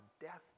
death